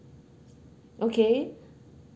okay